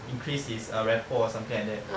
increase his err rapport or something like that